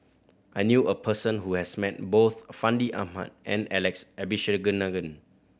I knew a person who has met both Fandi Ahmad and Alex Abisheganaden